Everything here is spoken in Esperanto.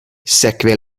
sekve